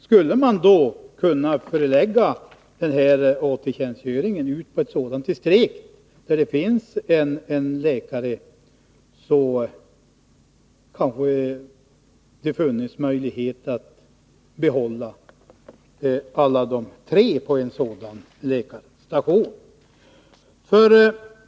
Skulle AT-tjänstgöringen förläggas i ett sådant här distrikt, där det finns en läkare, kanske det fanns möjligheter att behålla alla de tre läkarna på denna läkarstation.